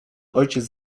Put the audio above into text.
ojciec